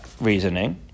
reasoning